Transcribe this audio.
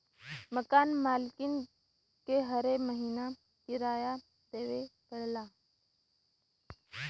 मकान मालिक के हरे महीना किराया देवे पड़ऽला